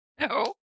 No